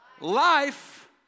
Life